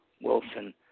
Wilson